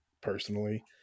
personally